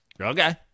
Okay